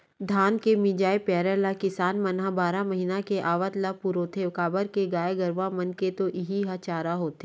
धान के मिंजाय पेरा ल किसान मन ह बारह महिना के आवत ले पुरोथे काबर के गाय गरूवा मन के तो इहीं ह चारा होथे